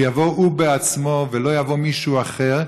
שיבוא הוא בעצמו ולא יבוא מישהו אחר,